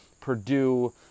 Purdue